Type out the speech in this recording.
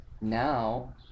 now